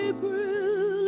April